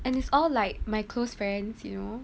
and it's all like my close friends you know